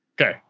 Okay